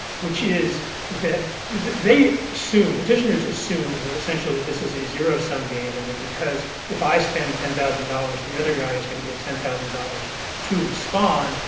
which is that they assume, petitioners assume, that essentially this is a zero-sum game and that because if i spend ten thousand dollars the other guy is going to get ten thousand dollars to respond,